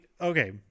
okay